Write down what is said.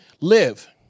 live